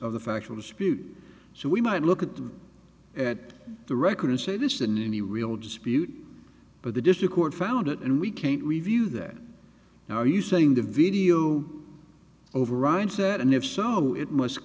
of the factual dispute so we might look at the at the record and say this in any real dispute but the district court found it and we can't review that now are you saying the video overrides that and if so it must